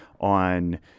on